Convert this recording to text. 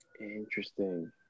Interesting